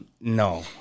No